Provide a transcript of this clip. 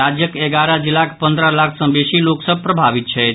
राज्यक एगारह जिलाक पंद्रह लाख सँ बेसी लोक सभ प्रभावित छथि